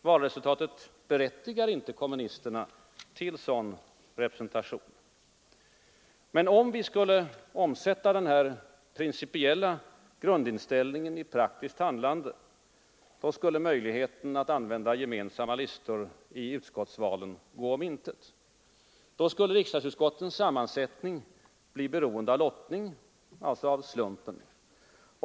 Valresultatet berättigar inte kommunisterna till sådan representation. Men om vi skulle omsätta denna principiella grundinställning i praktiskt handlande, skulle möjligheten att använda gemensamma listor i utskottsvalen gå om intet. Då skulle riksdagsutskottens sammansättning bli beroende av lottning, alltså av slumpen.